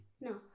No